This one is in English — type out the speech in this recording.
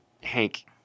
Hank